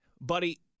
buddy